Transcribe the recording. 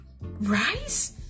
rice